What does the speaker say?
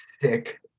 sick